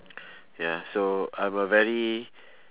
ya so I'm a very